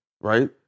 right